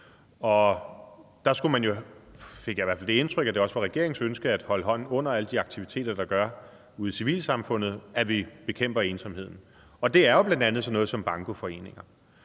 Der fik jeg da i hvert fald det indtryk, at det også var regeringens ønske at holde hånden under alle de aktiviteter ude i civilsamfundet, der gør, at vi bekæmper ensomheden. Det er jo bl.a. sådan noget som bankoforeninger.